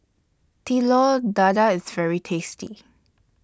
Telur Dadah IS very tasty